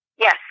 Yes